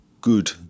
good